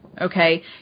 okay